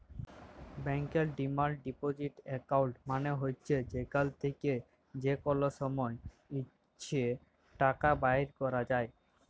ব্যাংকের demand deposit account মালে হছে যেখাল থ্যাকে যে কল সময় ইছে টাকা বাইর ক্যরা যায়